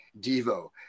Devo